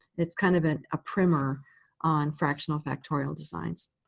it's kind of a ah primer on fractional factorial designs.